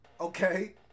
Okay